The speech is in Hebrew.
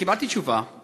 קיבלתי תשובה